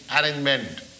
arrangement